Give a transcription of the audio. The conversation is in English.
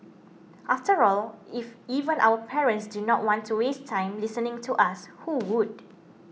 after all if even our parents do not want to waste time listening to us who would